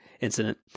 incident